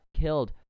killed